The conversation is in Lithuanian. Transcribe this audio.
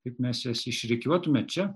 kaip mes jas išrikiuotume čia